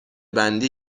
بندی